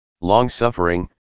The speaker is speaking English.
Long-suffering